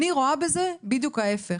אני רואה בזה בדיוק ההיפך.